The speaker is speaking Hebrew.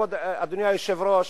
אדוני היושב-ראש,